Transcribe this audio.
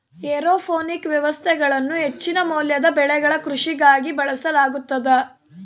aeroponic ವ್ಯವಸ್ಥೆಗಳನ್ನು ಹೆಚ್ಚಿನ ಮೌಲ್ಯದ ಬೆಳೆಗಳ ಕೃಷಿಗಾಗಿ ಬಳಸಲಾಗುತದ